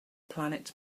planet